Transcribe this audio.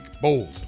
bold